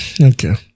Okay